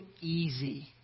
easy